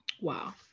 Wow